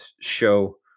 show